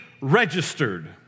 registered